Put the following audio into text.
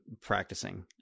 practicing